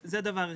זה דבר אחד.